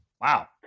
Wow